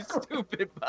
stupid